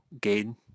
gain